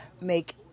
make